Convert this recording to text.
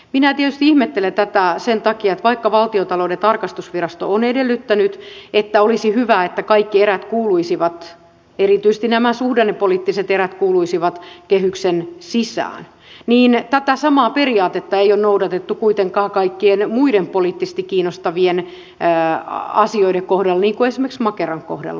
minä tietysti ihmettelen tätä sen takia että vaikka valtiontalouden tarkastusvirasto on edellyttänyt että olisi hyvä että kaikki erät erityisesti nämä suhdannepoliittiset erät kuuluisivat kehyksen sisään niin tätä samaa periaatetta ei ole noudatettu kuitenkaan kaikkien muiden poliittisesti kiinnostavien asioiden kohdalla niin kuin esimerkiksi makeran kohdalla